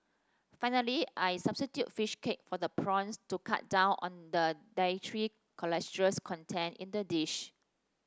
finally I substitute fish cake for the prawns to cut down on the dietary cholesterol content in the dish